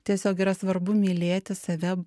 tiesiog yra svarbu mylėti save